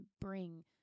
bring